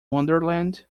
wonderland